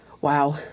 Wow